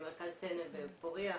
במרכז טנא ופורייה